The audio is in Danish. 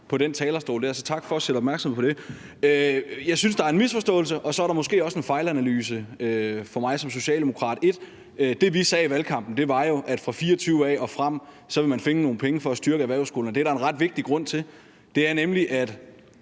på den talerstol. Så tak for at skabe opmærksomhed om det. Jeg synes, at der er en misforståelse, og at der for mig som socialdemokrat måske også er en fejlanalyse. Det, vi sagde i valgkampen, var jo, at fra 2024 og frem ville man finde nogle penge for at styrke erhvervsskolerne, og det er der en ret vigtig grund til, nemlig at